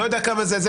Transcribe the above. לא יודע כמה זה,